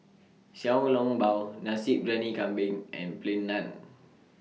Xiao Long Bao Nasi Briyani Kambing and Plain Naan